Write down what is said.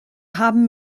haben